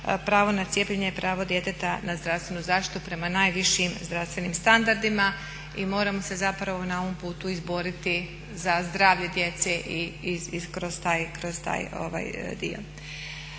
pravo na cijepljenje pravo djeteta na zdravstvenu zaštitu prema najvišim zdravstvenim standardima i moramo se zapravo na ovom putu izboriti za zdravlje djece i kroz taj dio.